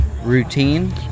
routine